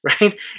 right